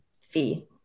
fee